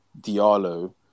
Diallo